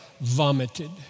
vomited